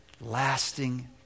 lasting